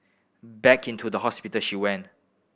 back into the hospital she went